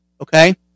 Okay